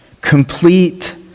Complete